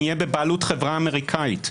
שנהיה בבעלות חברה אמריקאית.